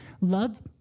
love